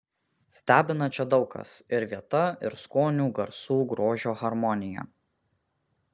stebina čia daug kas ir vieta ir skonių garsų grožio harmonija